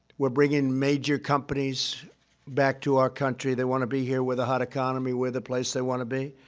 we're bringing major companies back to our country. they want to be here. we're the hot economy. we're the place they want to be.